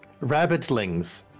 Rabbitlings